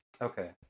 Okay